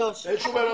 אין שום בעיה,